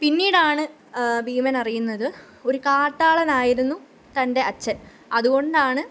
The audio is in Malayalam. പിന്നീടാണ് ഭീമനറിയുന്നത് ഒരു കാട്ടാളനായിരുന്നു തന്റെ അച്ഛന് അതുകൊണ്ടാണ്